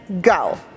go